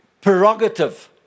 prerogative